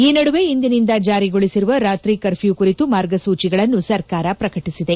ಈ ನದುವೆ ಇಂದಿನಿಂದ ಜಾರಿಗೊಳಿಸಿರುವ ರಾತ್ರಿ ಕರ್ಫ್ಯೂ ಕುರಿತ ಮಾರ್ಗಸೊಚಿಗಳನ್ನು ಸರ್ಕಾರ ಪ್ರಕಟಿಸಿದೆ